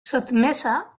sotmesa